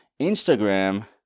Instagram